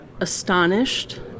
astonished